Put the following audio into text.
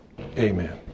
Amen